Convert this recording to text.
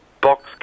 Box